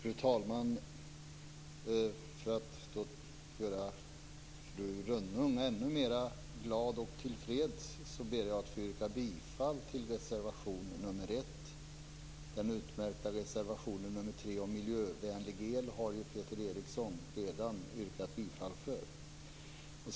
Fru talman! För att göra fru Rönnung ännu mera glad och till freds ber jag att få yrka bifall till reservation nr 1. Den utmärkta reservationen nr 3 om miljövänlig el har Peter Eriksson redan yrkat bifall till.